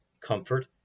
comfort